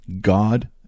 God